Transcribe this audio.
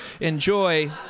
enjoy